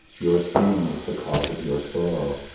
your sin is the cause of your sorrow,